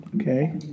Okay